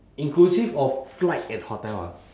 inclusive of flight and hotel ah